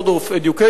Board of Education,